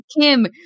Kim